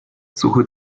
suche